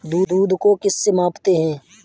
दूध को किस से मापते हैं?